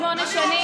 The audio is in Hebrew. מה שקורה באנגלית,